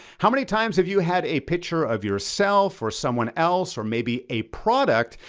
how many times have you had a picture of yourself or someone else, or maybe a product,